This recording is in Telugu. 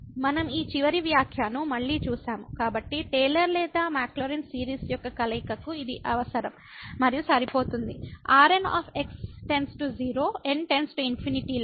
మనం ఈ చివరి వ్యాఖ్యను మళ్ళీ చూశాము కాబట్టి టేలర్ లేదా మాక్లౌరిన్ సిరీస్ యొక్క కలయికకు ఇది అవసరం మరియు సరిపోతుంది Rn → 0 n→∞ లా